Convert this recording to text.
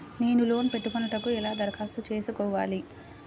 నేను లోన్ పెట్టుకొనుటకు ఎలా దరఖాస్తు చేసుకోవాలి?